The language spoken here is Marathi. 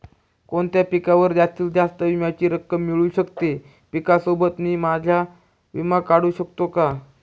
कोणत्या पिकावर जास्तीत जास्त विम्याची रक्कम मिळू शकते? पिकासोबत मी माझा विमा काढू शकतो का?